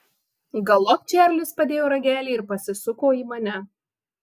galop čarlis padėjo ragelį ir pasisuko į mane